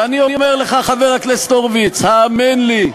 ואני אומר לך, חבר הכנסת הורוביץ, האמן לי,